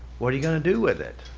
what are you gonna do with it?